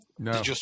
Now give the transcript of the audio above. No